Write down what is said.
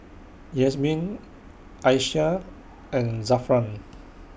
Yasmin Aisyah and Zafran